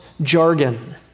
jargon